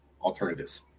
alternatives